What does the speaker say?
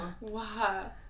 Wow